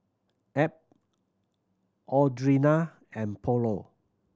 Ab Audrina and Paulo